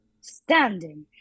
standing